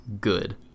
good